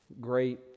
great